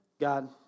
God